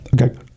okay